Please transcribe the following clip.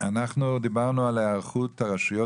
אנחנו דיברנו על היערכות הרשויות